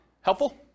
Helpful